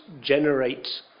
generate